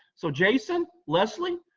so jason, leslie,